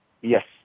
Yes